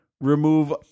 remove